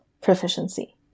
proficiency